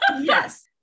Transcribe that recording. Yes